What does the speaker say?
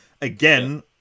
Again